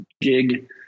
gig